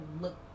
look